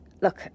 Look